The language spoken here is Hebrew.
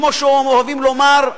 כמו שאוהבים לומר עורכי-דין,